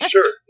Sure